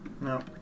No